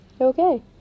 Okay